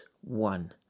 one